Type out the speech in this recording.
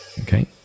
Okay